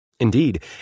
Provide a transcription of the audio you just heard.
Indeed